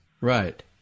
Right